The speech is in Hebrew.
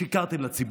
שיקרתם לציבור.